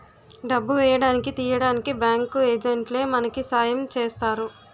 డబ్బు వేయడానికి తీయడానికి బ్యాంకు ఏజెంట్లే మనకి సాయం చేస్తారు